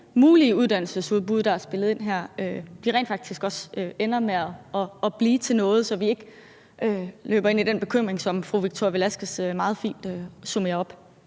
mulige uddannelsesudbud, der er spillet ind her, rent faktisk også ender med at blive til noget, så vi ikke løber ind i den bekymring, som fru Victoria Velasquez meget fint summerede op?